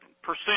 percent